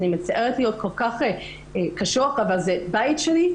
אני מצטערת להיות כל כך קשוחה אבל זה הבית שלי,